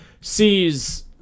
sees